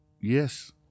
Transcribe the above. Yes